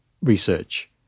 research